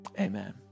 amen